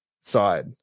side